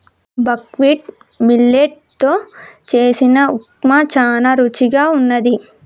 buckwheat millet తో చేసిన ఉప్మా చానా రుచిగా వున్నది